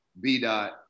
B-Dot